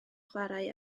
chwarae